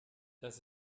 das